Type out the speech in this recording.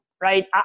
Right